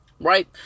right